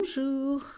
Bonjour